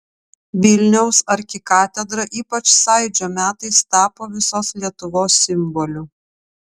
vilniaus arkikatedra ypač sąjūdžio metais tapo visos lietuvos simboliu